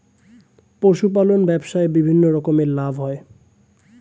পশুপালন ব্যবসায় বিভিন্ন রকমের লাভ হয়